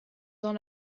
dans